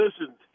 listen